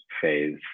phase